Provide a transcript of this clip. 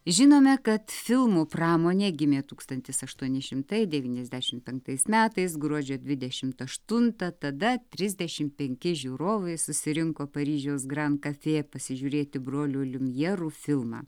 žinome kad filmų pramonė gimė tūkstantis aštuoni šimtai devyniasdešimt penktais metais gruodžio dvidešimt aštuntą tada trisdešimt penki žiūrovai susirinko paryžiaus grand kafė pasižiūrėti brolių liumjerų filmą